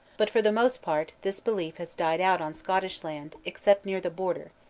but for the most part this belief has died out on scottish land, except near the border,